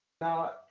Now